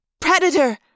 Predator